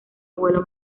abuelo